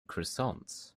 croissants